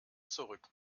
zurück